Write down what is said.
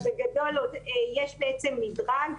אבל בגדול יש בעצם מדרג.